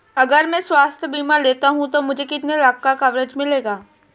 अगर मैं स्वास्थ्य बीमा लेता हूं तो मुझे कितने लाख का कवरेज मिलेगा?